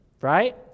right